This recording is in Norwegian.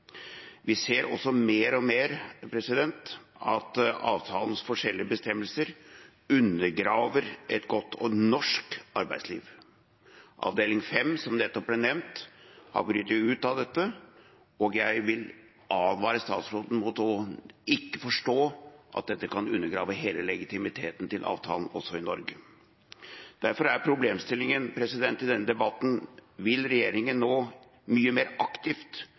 Vi ser også mer og mer at avtalens forskjellige bestemmelser undergraver et godt norsk arbeidsliv. Avdeling 5, som nettopp ble nevnt, har brutt ut av dette, og jeg vil advare utenriksministeren mot ikke å forstå at dette kan undergrave hele legitimiteten til avtalen også i Norge. Derfor er problemstillingen i denne debatten: Vil regjeringen nå mye mer aktivt